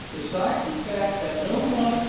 besides the fact that no one,